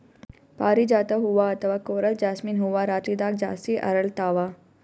ಪಾರಿಜಾತ ಹೂವಾ ಅಥವಾ ಕೊರಲ್ ಜಾಸ್ಮಿನ್ ಹೂವಾ ರಾತ್ರಿದಾಗ್ ಜಾಸ್ತಿ ಅರಳ್ತಾವ